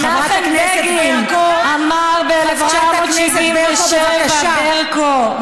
פתאום, חברת הכנסת ברקו, בבקשה.